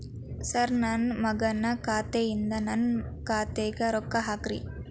sir ನನ್ನ ಮಗನ ಖಾತೆ ಯಿಂದ ನನ್ನ ಖಾತೆಗ ರೊಕ್ಕಾ ಹಾಕ್ರಿ